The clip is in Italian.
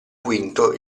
quinto